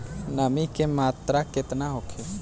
नमी के मात्रा केतना होखे?